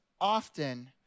often